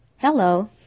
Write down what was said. Hello